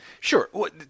Sure